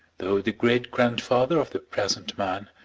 though the great-grandfather of the present man,